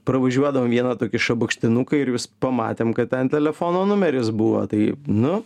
pravažiuodavom vieną tokį šabakštynuką ir vis pamatėm kad ten telefono numeris buvo tai nu